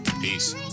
peace